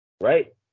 right